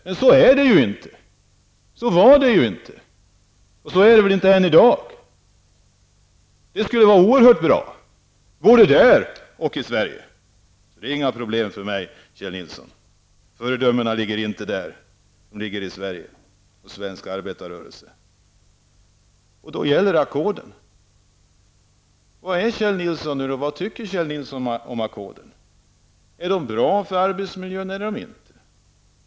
Men så var det inte, så har det inte varit och så är det inte än i dag. Det skulle vara oerhört bra både där och i Sverige. Det är inga problem med mig, Kjell Nilsson. Föredömena ligger inte där, de ligger i Sverige och hos den svenska arbetarrörelsen. Men här gäller ackord. Vad tycker Kjell Nilsson om ackord? Är det bra för arbetsmiljön eller inte?